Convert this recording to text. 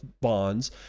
bonds